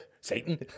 Satan